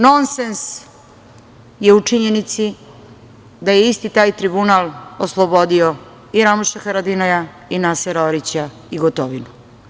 Nonsens je u činjenici da je isti taj tribunal oslobodio i Ramuša Haradinaja i Nasera Orića i Gotovinu.